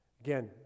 again